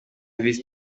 visi